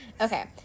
Okay